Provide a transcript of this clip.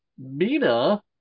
Mina